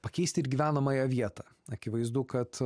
pakeisti ir gyvenamąją vietą akivaizdu kad